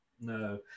No